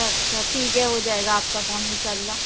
اچھا اچھا ٹھیک ہے ہو جائے گا آپ کام ان شاء اللہ